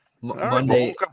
Monday